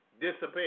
Disappear